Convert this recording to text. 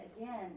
again